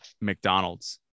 McDonald's